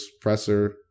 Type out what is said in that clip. presser